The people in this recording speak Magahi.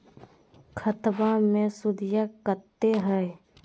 खतबा मे सुदीया कते हय?